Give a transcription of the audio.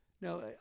no